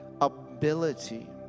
ability